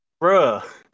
Bruh